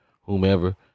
whomever